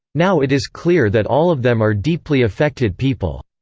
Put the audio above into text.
now it is clear that all of them are deeply affected people.